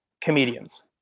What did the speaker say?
comedians